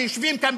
שיושבים כאן,